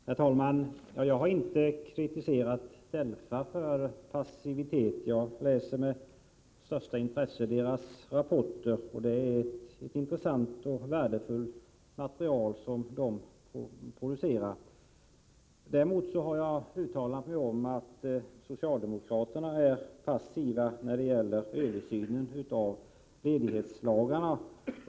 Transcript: Herr talman! Jag har inte kritiserat DELFA för passivitet. Jag läser med största intresse dess rapporter. Det är ett intressant och värdefullt material som delegationen producerar. Däremot har jag uttalat mig om att socialdemokraterna är passiva när det gäller översynen av ledighetslagarna.